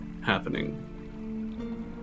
Happening